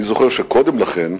אני זוכר שקודם לכן,